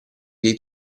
dei